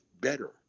better